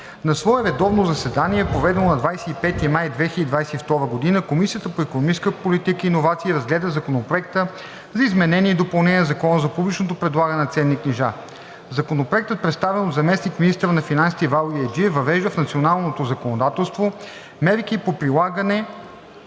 На свое редовно заседание, проведено на 25 май 2022 г., Комисията по икономическа политика и иновации разгледа Законопроекта за изменение и допълнение на Закона за публичното предлагане на ценни книжа. Законопроектът, представен от заместник-министъра на финансите Ивайло Яйджиев, въвежда в националното законодателство мерки по прилагане